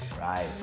Right